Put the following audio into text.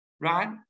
right